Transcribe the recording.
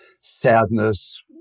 sadness